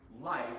life